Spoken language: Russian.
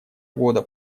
года